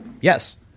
yes